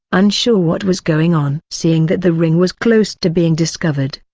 unsure what was going on. seeing that the ring was close to being discovered,